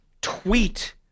tweet